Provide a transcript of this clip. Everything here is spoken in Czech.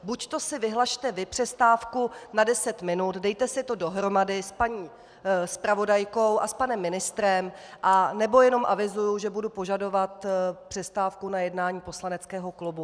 Buďto si vyhlaste vy přestávku na deset minut, dejte si to dohromady s paní zpravodajkou a s panem ministrem, anebo jenom avizuji, že budu požadovat přestávku na jednání poslaneckého klubu.